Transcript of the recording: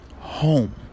home